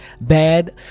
bad